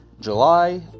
July